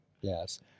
yes